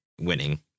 winning